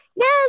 Yes